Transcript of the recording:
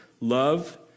love